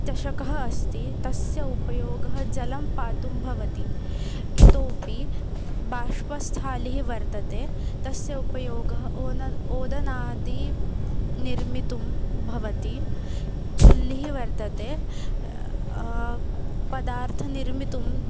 चषकः अस्ति तस्य उपयोगः जलं पातुं भवति इतोऽपि बाष्पस्थाली वर्तते तस्य उपयोगः ओदनम् ओदनादीन् निर्मातुं भवति चुल्लिः वर्तते पदार्थनिर्माणं